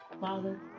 father